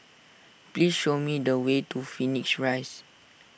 please show me the way to Phoenix Rise